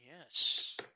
Yes